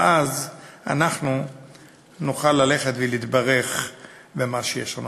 ואז אנחנו נוכל להתברך במה שיש לנו.